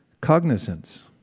cognizance